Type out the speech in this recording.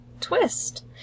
twist